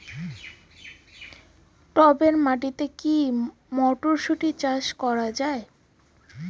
এটেল মাটিতে কী মটরশুটি চাষ করা য়ায়?